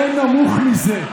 אין נמוך מזה.